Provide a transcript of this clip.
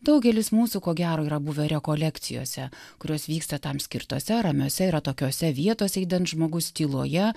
daugelis mūsų ko gero yra buvę rekolekcijose kurios vyksta tam skirtose ramiose ir atokiose vietose idant žmogus tyloje